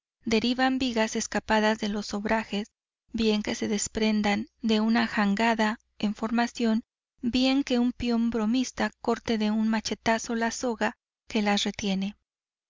derivan vigas escapadas de los obrajes bien que se desprendan de una jangada en formación bien que un peón bromista corte de un machetazo la soga que las retiene